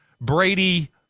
Brady